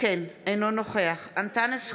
אינו נוכח אנטאנס שחאדה,